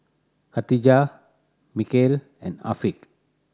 Katijah Mikhail and Afiq